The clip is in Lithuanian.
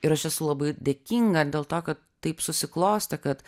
ir aš esu labai dėkinga dėl to kad taip susiklostė kad